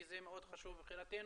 כי זה מאוד חשוב מבחינתנו.